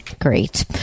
great